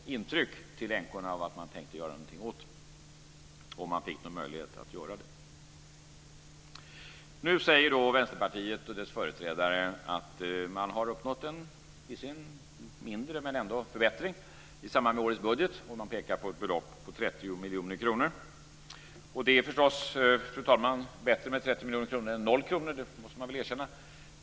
Det gav förstås änkorna intrycket att man tänkte göra någonting åt det om man fick någon möjlighet att göra det. Nu säger Vänsterpartiet och dess företrädare att man har uppnått en visserligen mindre men ändock en förbättring i samband med årets budget. Man pekar på ett belopp på 30 miljoner kronor. Det är förstås, fru talman, bättre med 30 miljoner kronor än noll kronor. Det måste man erkänna.